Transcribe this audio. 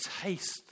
taste